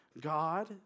God